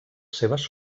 seves